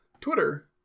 twitter